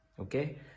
Okay